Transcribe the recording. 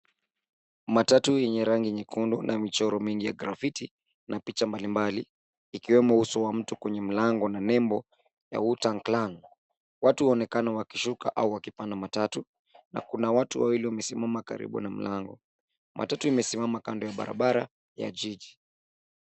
Matatu enye rangi nyekundu na michoro mingi ya grafiti na picha mbalimbali ikiwemo uso wa mtu kwenye mlango na nembo ya WU TANG clan . Watu waonekana wakishuka au wakipanda matatu na kuna watu wawili wamesimama karibu na mlango. Matatu imesimama kadno ya barabara ya jiji.